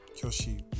Kyoshi